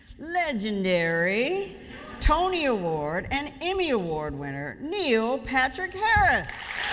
legendary tony-award and emmy-award winner, neil patrick harris!